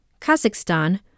Kazakhstan